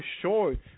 short